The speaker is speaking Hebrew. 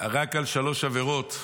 רק על שלוש עבירות,